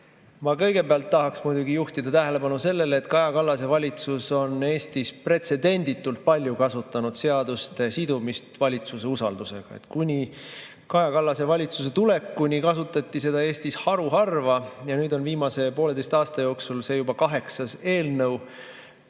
Ma kõigepealt tahan muidugi juhtida tähelepanu sellele, et Kaja Kallase valitsus on Eestis pretsedenditult palju kasutanud seaduste sidumist valitsuse usaldusega. Kuni Kaja Kallase valitsuse tulekuni kasutati seda Eestis haruharva, aga nüüd on viimase pooleteise aasta jooksul see juba kaheksas [selline]